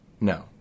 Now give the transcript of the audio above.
No